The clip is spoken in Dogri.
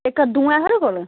एह् कद्दू ऐ थुआढ़े कोल